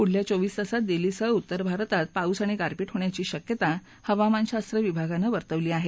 पुढल्या चोवीस तासात दिल्लीसह उत्तर भारतात पाऊस आणि गारपीट होण्याची शक्यता हवामानशास्त्र विभागाने वर्तवली आहे